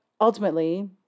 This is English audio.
ultimately